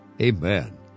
Amen